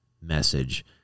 message